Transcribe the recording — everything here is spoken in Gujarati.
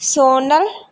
સોનલ